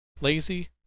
lazy